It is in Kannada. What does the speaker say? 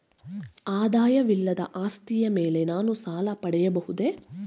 ಆದಾಯವಿಲ್ಲದ ಆಸ್ತಿಯ ಮೇಲೆ ನಾನು ಸಾಲ ಪಡೆಯಬಹುದೇ?